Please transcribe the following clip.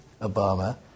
Obama